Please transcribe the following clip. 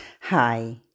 Hi